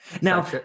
Now